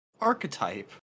archetype